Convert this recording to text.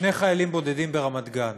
שני חיילים בודדים ברמת-גן.